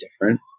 different